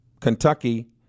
Kentucky